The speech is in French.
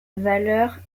valeur